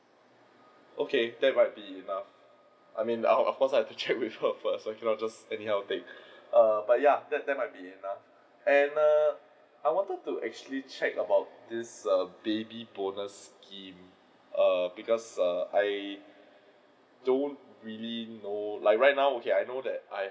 okay that might be enough I mean err of course I have to check with her first I cannot just anyhow take err but ya that that might be enough and err I wanted to actually check about this baby bonus scheme err because err I don't really know like right now okay I know that I